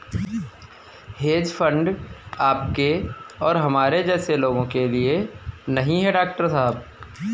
hedge fund आपके और हमारे जैसे लोगों के लिए नहीं है, डॉक्टर साहब